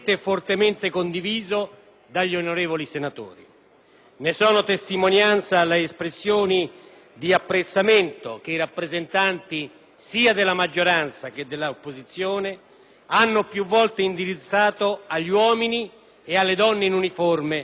Ne sono testimonianza le espressioni di apprezzamento che i rappresentanti sia della maggioranza che dell'opposizione hanno più volte indirizzato agli uomini e alle donne in uniforme per la loro professionalità e il loro impegno.